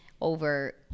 over